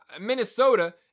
Minnesota